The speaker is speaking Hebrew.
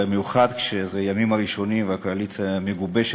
במיוחד כשזה הימים הראשונים והקואליציה מגובשת,